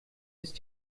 ist